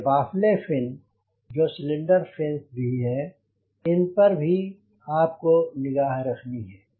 ये हैं baffle fin जो सिलेंडर फिन्स भी हैं इन पर भी आपको निगाह रखनी है